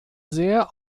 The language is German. sehr